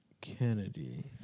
Kennedy